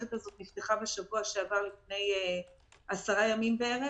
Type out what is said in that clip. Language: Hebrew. המערכת הזאת נפתחה בשבוע שעבר, עשרה ימים בערך.